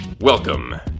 Welcome